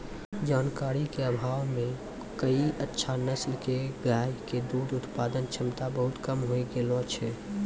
जानकारी के अभाव मॅ कई अच्छा नस्ल के गाय के दूध उत्पादन क्षमता बहुत कम होय गेलो छै